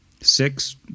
six